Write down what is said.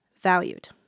valued